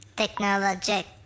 technologic